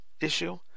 issue